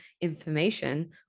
information